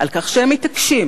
על כך שהם מתעקשים,